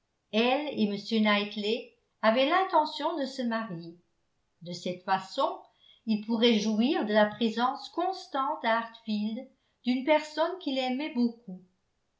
elle et m knightley avaient l'intention de se marier de cette façon il pourrait jouir de la présence constante à hartfield d'une personne qu'il aimait beaucoup